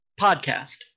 podcast